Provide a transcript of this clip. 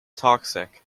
toxic